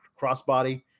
crossbody